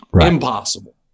Impossible